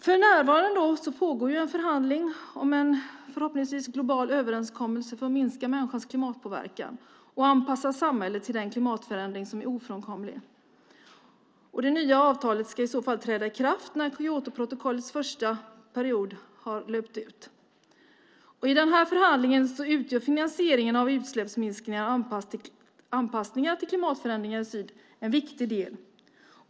För närvarande pågår en förhandling om en förhoppningsvis global överenskommelse för att minska människans klimatpåverkan och anpassa samhället för den klimatförändring som är ofrånkomlig. Det nya avtalet ska i så fall träda i kraft när Kyotoprotokollets första period har löpt ut. I förhandlingen utgör utsläppsminskningar och anpassningar till klimatförändringar i syd en viktig del.